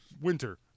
winter